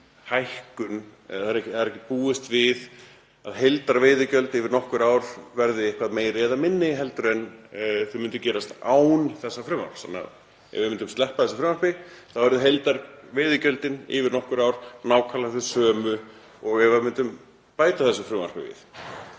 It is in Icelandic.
hækkun, það er ekki búist við að heildarveiðigjöld yfir nokkur ár verði eitthvað meiri eða minni heldur en myndi gerast án þessa frumvarps. Ef við myndum sleppa þessu frumvarpi þá yrðu heildarveiðigjöldin yfir nokkur ár nákvæmlega þau sömu. Það sem bætist við